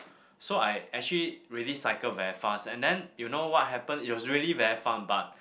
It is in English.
so I actually really cycle very fast and then you know what happen it was really very fun but